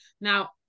Now